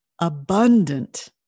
abundant